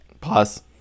Pause